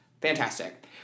fantastic